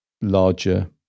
larger